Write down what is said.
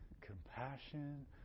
compassion